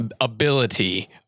ability